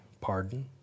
pardon